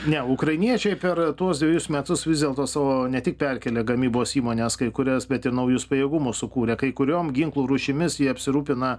ne ukrainiečiai per tuos dvejus metus vis dėlto su ne tik perkelia gamybos įmones kai kurias bet ir naujus pajėgumus sukūrė kai kuriom ginklų rūšimis jie apsirūpina